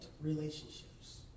relationships